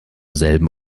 selben